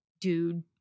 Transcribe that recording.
dude